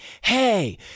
hey